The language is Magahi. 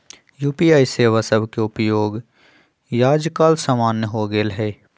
यू.पी.आई सेवा सभके उपयोग याजकाल सामान्य हो गेल हइ